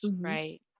Right